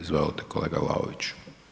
Izvolite kolega Vlaović.